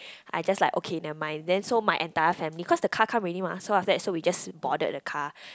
I just like okay never mind then so my entire family cause the car come already mah so after that so we just boarded the car